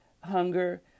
hunger